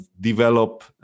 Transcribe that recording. develop